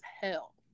hell